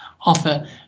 offer